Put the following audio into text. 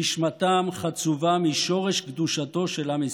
נשמתם חצובה משורש קדושתו של עם ישראל.